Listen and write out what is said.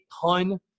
ton